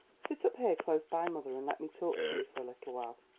sit up here close by mother and let me talk to you for a little while.